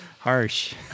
Harsh